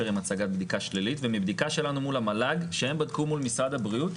צריך לעשות במסגרת של מקום בחוק הבחנה ברורה בין בניין,